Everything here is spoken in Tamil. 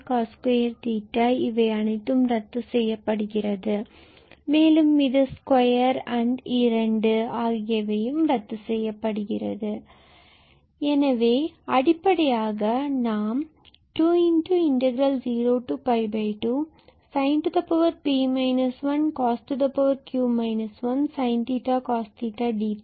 𝑐𝑜𝑠2𝜃 இவை அனைத்தும் ரத்து செய்யப்படுகிறது மற்றும் இது square and 2 ரத்து செய்யப்படுகிறது எனவே அடிப்படையாக நாம் 202sinp 1 cosq 1 sin𝜃cos𝜃𝑑𝜃